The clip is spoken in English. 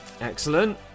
Excellent